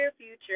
Future